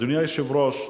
אדוני היושב-ראש,